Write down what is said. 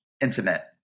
intimate